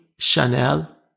Chanel